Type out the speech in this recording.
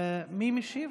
מי משיב?